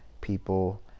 people